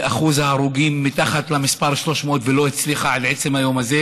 זה מדרון חלקלק שצריך לעצור אותו.